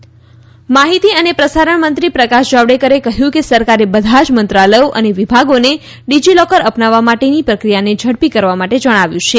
Javadekar DigiLocker માહિતી અને પ્રસારણ મંત્રી પ્રકાશ જાવડેકરે કહ્યું કે સરકારે બધા જ મંત્રાલયો અને વિભાગોને ડિજી લોકરને અપનાવવા માટેની પ્રક્રિયાને ઝડપી કરવા માટે જણાવ્યું છે